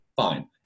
fine